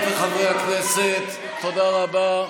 תודה רבה.